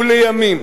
ולימים,